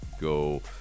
go